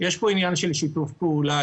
יש פה עניין של שיתוף פעולה,